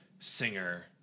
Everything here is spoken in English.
singer